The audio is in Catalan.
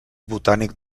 botànic